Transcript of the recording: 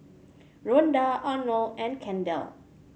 Ronda Armond and Kendell